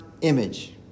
image